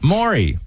Maury